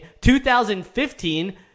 2015